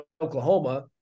Oklahoma